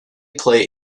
play